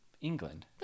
England